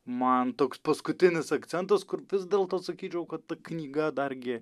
man toks paskutinis akcentas kur vis dėlto atsakyčiau kad ta knyga dargi